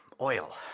Oil